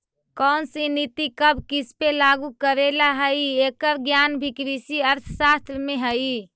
कौनसी नीति कब किसपे लागू करे ला हई, एकर ज्ञान भी कृषि अर्थशास्त्र में हई